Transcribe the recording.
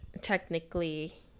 technically